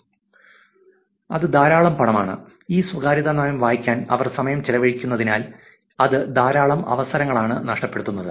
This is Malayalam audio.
അത് ധാരാളം പണമാണ് ഈ സ്വകാര്യതാ നയം വായിക്കാൻ അവർ സമയം ചെലവഴിക്കുന്നതിനാൽ അത് ധാരാളം അവസരങ്ങളാണ് നഷ്ടപ്പെടുത്തുന്നത്